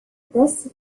this